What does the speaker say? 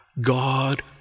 God